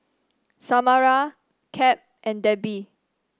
Samara Cap and Debbie